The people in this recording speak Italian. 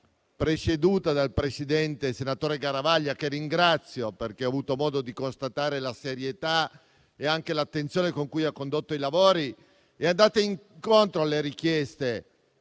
presieduta dal senatore Garavaglia, che ringrazio perché ho avuto modo di constatare la serietà e anche l'attenzione con cui ha condotto i lavori, è andata incontro alle richieste